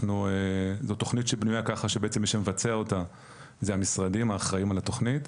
זאת תכנית שבנויה ככה שמי שמבצע אותה זה המשרדים האחראיים על התכנית,